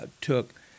took